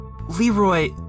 Leroy